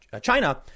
China